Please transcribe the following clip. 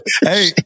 Hey